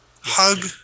hug